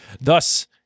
thus